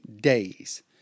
days